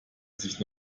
sich